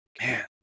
man